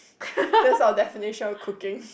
that's our definition of cooking